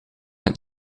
het